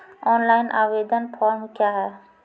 Online आवेदन form क्या हैं?